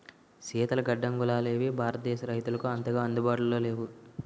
శీతల గడ్డంగులనేవి భారతదేశ రైతులకు అంతగా అందుబాటులో లేవు